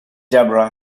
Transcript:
debra